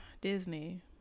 Disney